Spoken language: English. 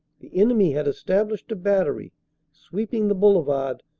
the enemy had established a battery sweeping the boulevard,